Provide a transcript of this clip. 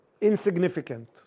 insignificant